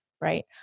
right